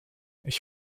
ich